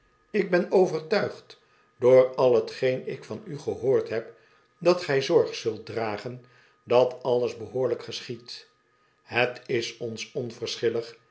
ik ben overtuigd door al't geen ik van u gehoord heb dat gij zorg zult dragen dat alles behoorlijk geschiedt het is ons